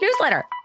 newsletter